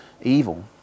evil